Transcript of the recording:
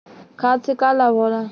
खाद्य से का लाभ होला?